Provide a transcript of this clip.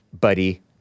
buddy